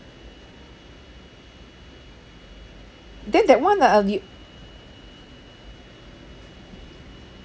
then that [one] ah argu~